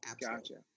Gotcha